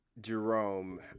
Jerome